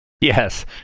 Yes